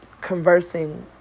conversing